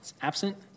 absent